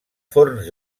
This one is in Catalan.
forns